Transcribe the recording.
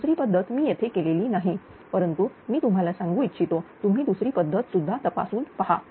दुसरी पद्धत मी येथे केलेली नाही परंतु मी तुम्हाला सांगू इच्छितो तुम्ही दुसरी पद्धत सुद्धा तपासून पहा